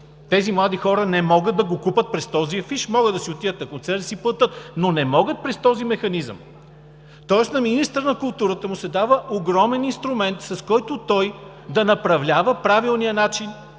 Тези млади хора не могат да го купят през този афиш, могат да си отидат на концерт и да си платят, но не могат през този механизъм. Тоест на министъра на културата му се дава огромен инструмент, с който той да направлява правилния начин